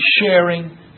sharing